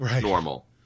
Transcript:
normal